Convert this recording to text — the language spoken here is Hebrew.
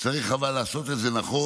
אבל צריך לעשות את זה נכון.